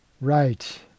Right